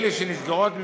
אלה שנסגרות,